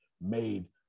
made